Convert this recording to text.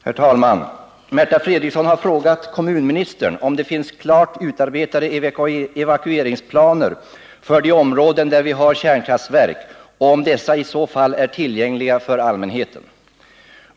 Herr talman! Märta Fredrikson har frågat kommunministern om det finns klart utarbetade evakueringsplaner för de områden där vi har kärnkraftverk och om dessa i så fall är tillgängliga för allmänheten.